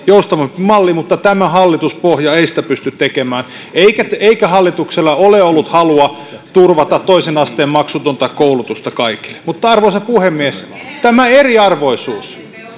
joustavampi malli mutta tämä hallituspohja ei sitä pysty tekemään eikä hallituksella ole ollut halua turvata maksutonta toisen asteen koulutusta kaikille mutta arvoisa puhemies tämä eriarvoisuus